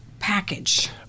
package